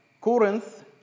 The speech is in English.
Corinth